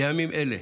בימים אלה